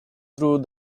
through